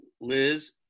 liz